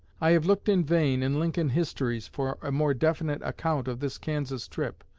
i have looked in vain in lincoln histories for a more definite account of this kansas trip.